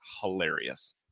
hilarious